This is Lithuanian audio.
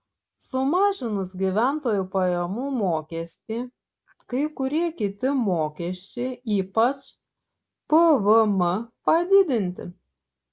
sumažinus gyventojų pajamų mokestį kai kurie kiti mokesčiai ypač pvm padidinti